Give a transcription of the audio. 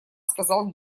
сказал